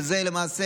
שזה למעשה,